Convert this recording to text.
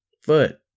Foot